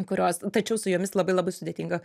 kurios tačiau su jomis labai labai sudėtinga